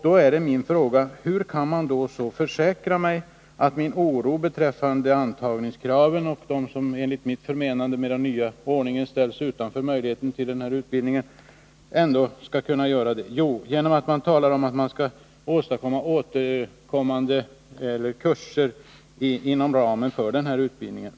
Då är min fråga: Hur kan man försäkra mig att min oro är obefogad? Jag tänker på antagningskraven och på dem som enligt mitt förmenande med den nya ordningen ställs utanför möjligheten att få denna utbildning. Ändå säger man att de skall kunna antas. Jo, man talar om att man skall åstadkomma återkommande kurser inom ramen för den här utbildningen.